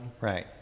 right